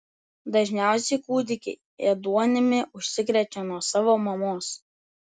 dažniausiai kūdikiai ėduonimi užsikrečia nuo savo mamos